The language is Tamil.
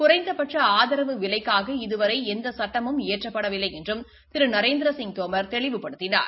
குறைந்தபட்ச ஆதரவு விலைக்காக இதுவரை எந்த சட்டமும் இயற்றப்படவில்லை என்றும் திரு நரேந்திரசிங் தோமர் தெளிவுபடுத்தினார்